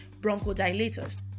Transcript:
bronchodilators